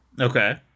Okay